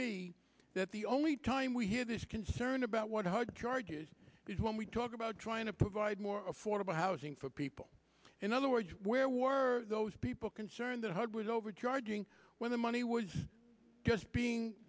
me that the only time we hear this concern about what hard to charges is when we talk about trying to provide more affordable housing for people in other words where were those people concerned that hud was overcharging when the money was just being